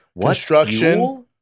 construction